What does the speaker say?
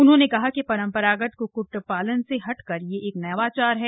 उन्होंने कहा कि परंपरागत क्क्ट पालन से हटकर यह एक नवाचार है